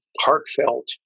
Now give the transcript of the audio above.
heartfelt